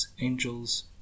Angels